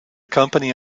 company